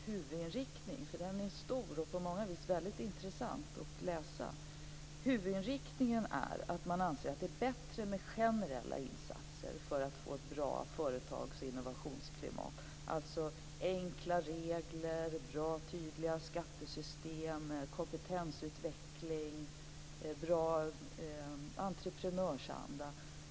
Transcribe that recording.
Huvudinriktningen - utredningen är stor och på många vis väldigt intressant att läsa - är att man anser att det är bättre med generella insatser för att få ett bra företags och innovationsklimat - alltså enkla regler, bra och tydliga skattesystem, kompetensutveckling och en bra entreprenörsanda.